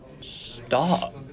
Stop